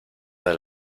del